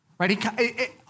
right